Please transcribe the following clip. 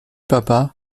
papa